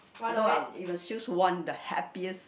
no lah you must choose one the happiest